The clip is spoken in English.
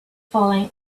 falling